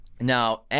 Now